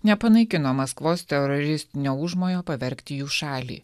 nepanaikino maskvos teroristinio užmojo pavergti jų šalį